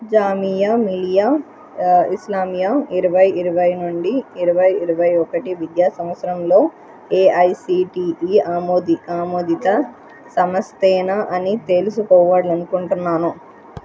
జామియా మిలియా ఇస్లామియా ఇరవై ఇరవై నుండి ఇరవై ఇరవై ఒకటి విద్యా సంవత్సరంలో ఏఐసిటీఈ ఆమోదిత ఆమోదిత సంస్థేనా అని తెలుసుకోవాలని అనుకుంటున్నాను